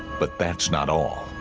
but that's not all